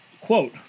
Quote